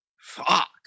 Fuck